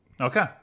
Okay